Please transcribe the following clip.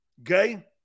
Okay